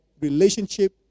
relationship